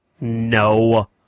No